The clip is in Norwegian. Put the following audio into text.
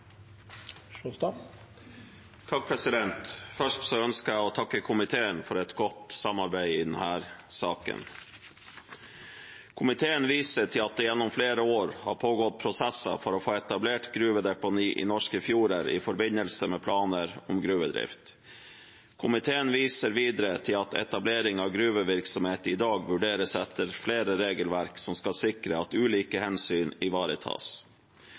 Først ønsker jeg å takke komiteen for et godt samarbeid i denne saken. Komiteen viser til at det gjennom flere år har pågått prosesser for å få etablert gruvedeponi i norske fjorder i forbindelse med planer om gruvedrift. Komiteen viser videre til at etablering av gruvevirksomhet i dag vurderes etter flere regelverk som skal sikre at ulike hensyn ivaretas.